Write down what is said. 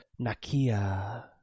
Nakia